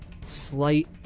slight